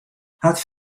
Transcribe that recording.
hat